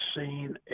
seen